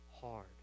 hard